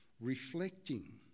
Reflecting